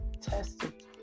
tested